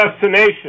destination